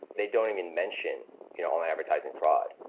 they don't even mention you know online advertising fraud.